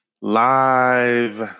live